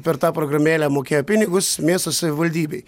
per tą programėlę mokėjo pinigus miesto savivaldybei